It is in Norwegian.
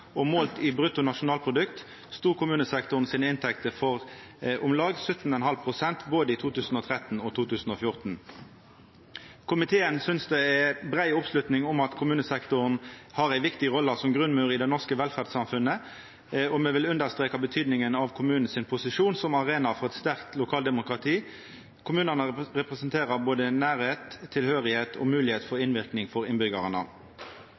2015. Målt i brutto nasjonalprodukt stod kommunesektoren sine inntekter for om lag 17,5 pst. i både 2013 og 2014. Komiteen synest det er brei oppslutnad om at kommunesektoren har ei viktig rolle som grunnmur i det norske velferdssamfunnet, og me vil understreka betydinga av kommunane sin posisjon som arena for eit sterkt lokaldemokrati. Kommunane representerer både nærleik, tilhøyrsle og moglegheit for innverknad for